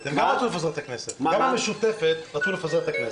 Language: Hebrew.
גם המשותפת היו צריכים את נתניהו לפזר את הכנסת.